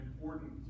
important